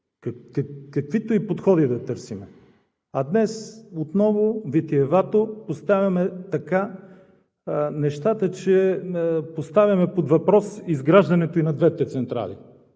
каквито и подходи да търсим. Днес отново витиевато поставяме така нещата, че е под въпрос изграждането и на двете централи.